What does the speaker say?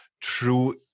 true